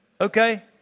Okay